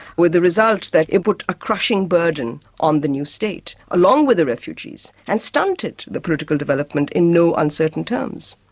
with the result that it put a crushing burden on the new state, along with the refugees, and stunted the political development in no uncertain terms.